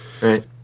right